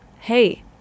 hey